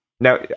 Now